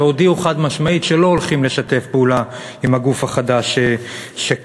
שהודיעו חד-משמעית שהם לא הולכים לשתף פעולה עם הגוף החדש שקם.